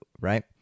right